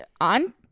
on